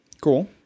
Cool